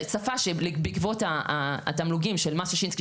צפה שבעקבות התמלוגים של מס שישינסקי